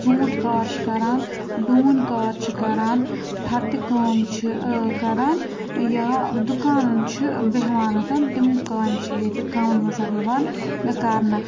ژوٗنٛٹھۍ کار چھِ کَران ڈوٗنۍ کار چھِ کَران پھَردِ کٲم چھِ کَران یا دُکانَن چھِ بیٚہوان تِم کامہِ چھِ ییٚتہِ گامَن منٛز یِوان کرنہٕ